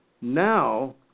Now